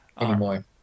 anymore